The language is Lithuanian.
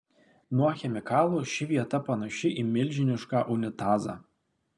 nuo chemikalų ši vieta panaši į milžinišką unitazą